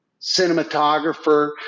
cinematographer